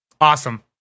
Awesome